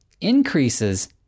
increases